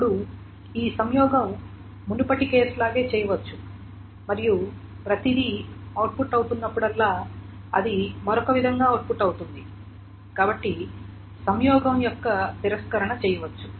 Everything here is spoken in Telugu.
అప్పుడు ఈ సంయోగం మునుపటి కేసులాగే చేయవచ్చు మరియు ప్రతిదీ అవుట్పుట్ అవుతున్నప్పుడల్లా అది మరొక విధంగా అవుట్పుట్ అవుతుంది కాబట్టి సంయోగం యొక్క తిరస్కరణ చేయవచ్చు